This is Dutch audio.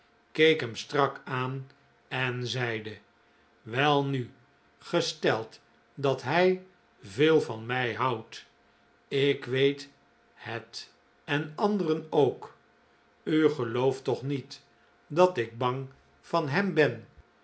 keek hem strak aan en zeide welnu gesteld dat hij veel van mij houdt ik weet het en anderen ook u gelooft toch niet dat ik bang van hem ben